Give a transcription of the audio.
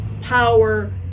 power